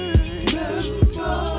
Remember